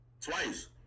twice